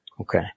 Okay